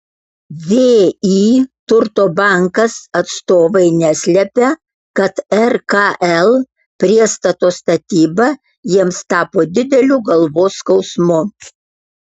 vį turto bankas atstovai neslepia kad rkl priestato statyba jiems tapo dideliu galvos skausmu